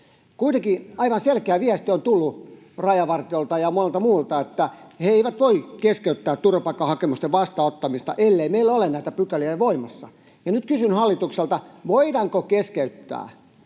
Kuitenkin aivan selkeä viesti on tullut rajavartijoilta ja monelta muulta, että he eivät voi keskeyttää turvapaikkahakemusten vastaanottamista, ellei meillä ole näitä pykäliä jo voimassa. Nyt kysyn hallitukselta: voidaanko keskeyttää